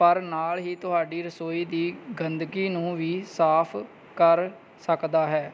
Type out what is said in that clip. ਪਰ ਨਾਲ ਹੀ ਤੁਹਾਡੀ ਰਸੋਈ ਦੀ ਗੰਦਗੀ ਨੂੰ ਵੀ ਸਾਫ ਕਰ ਸਕਦਾ ਹੈ